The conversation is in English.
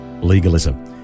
legalism